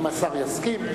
אם השר יסכים,